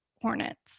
hornets